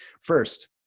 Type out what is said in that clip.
First